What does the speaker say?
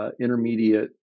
intermediate